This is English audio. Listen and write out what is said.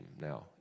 now